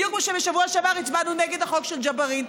בדיוק כמו שבשבוע שעבר הצבענו נגד החוק של ג'בארין,